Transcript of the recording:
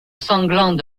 sanglant